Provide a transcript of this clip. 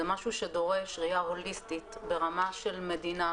זה משהו שדורש ראייה הוליסטית ברמה של מדינה,